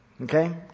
Okay